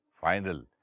final